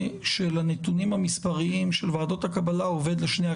הצעת החוק הזו היא איזשהו game changer דרמטי בשינוי